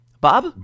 bob